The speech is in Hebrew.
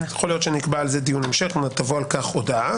יכול להיות שנקבע על זה דיון המשך ותבוא על כך הודעה.